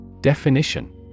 Definition